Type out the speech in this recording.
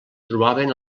trobaven